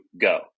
go